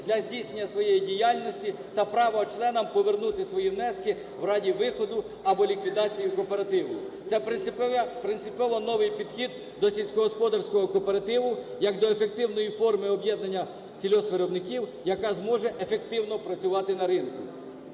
для здійснення своєї діяльності та право членам повернути свої внески в разі виходу або ліквідації кооперативу. Це принципово новий підхід до сільськогосподарського кооперативу як до ефективної форми об'єднання сільгоспвиробників, яка зможе ефективно працювати на ринку.